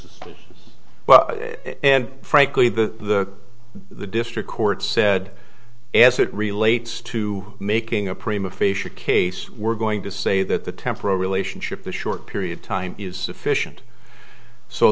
well and frankly the the district court said as it relates to making a prima facia case we're going to say that the temporal relationship a short period of time is sufficient so